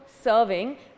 serving